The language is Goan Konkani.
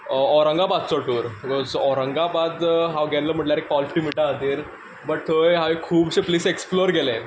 औरंगाबादचो टूर औरंगाबाद हांव गेल्लो म्हणल्यार खातीर बट थंय हांवें खुबशे प्लेसीज एक्सप्लोर केले